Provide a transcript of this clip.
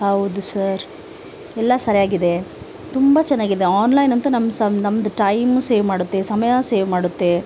ಹೌದು ಸರ್ ಎಲ್ಲ ಸರಿಯಾಗಿದೆ ತುಂಬ ಚೆನ್ನಾಗಿದೆ ಆನ್ಲೈನ್ ಅಂತೂ ನಮ್ಮ ಸ ನಮ್ದು ಟೈಮ್ ಸೇವ್ ಮಾಡುತ್ತೆ ಸಮಯ ಸೇವ್ ಮಾಡುತ್ತೆ